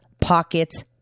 pockets